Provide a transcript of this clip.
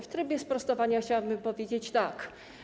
W trybie sprostowania chciałabym powiedzieć tak.